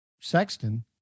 Sexton